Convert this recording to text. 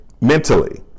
mentally